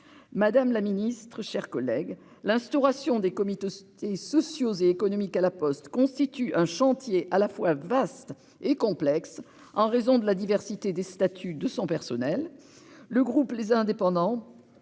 Madame la ministre, mes chers collègues, l'instauration de comités sociaux et économiques à La Poste constitue un chantier à la fois vaste et complexe en raison de la diversité des statuts de son personnel. Le groupe Les Indépendants